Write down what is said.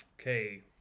Okay